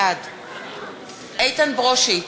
בעד איתן ברושי,